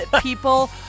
people